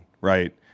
right